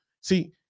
See